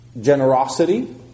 generosity